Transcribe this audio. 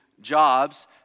jobs